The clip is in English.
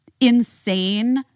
insane